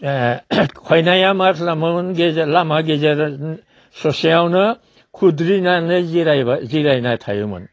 खयनाया मा खालामोमोन गेजेर लामा गेजेर ससेयावनो खुद्रिनानै जिराइ जिराइना थायोमोन